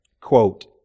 quote